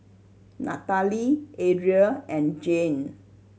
Nataly Adriel and Jane